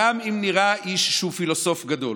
גם אם נראה איש שהוא פילוסוף גדול,